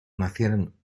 nacieron